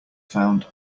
found